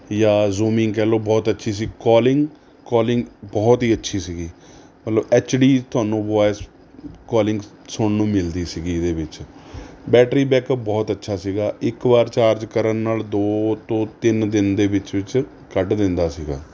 ਜਾਂ ਜ਼ੂਮਿੰਗ ਕਹਿ ਲਉ ਬਹੁਤ ਅੱਛੀ ਸੀ ਕੋਲਿੰਗ ਕੋਲਿੰਗ ਬਹੁਤ ਹੀ ਅੱਛੀ ਸੀਗੀ ਮੰਨ ਲਉ ਐੱਚ ਡੀ ਤੁਹਾਨੂੰ ਵੋਇਸ ਕੋਲਿੰਗ ਸੁਣਨ ਨੂੰ ਮਿਲਦੀ ਸੀਗੀ ਇਹਦੇ ਵਿੱਚ ਬੈਟਰੀ ਬੈਕਅੱਪ ਬਹੁਤ ਅੱਛਾ ਸੀਗਾ ਇੱਕ ਵਾਰ ਚਾਰਜ ਕਰਨ ਨਾਲ ਦੋ ਤੋਂ ਤਿੰਨ ਦਿਨ ਦੇ ਵਿੱਚ ਵਿੱਚ ਕੱਢ ਦਿੰਦਾ ਸੀਗਾ